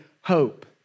hope